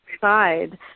side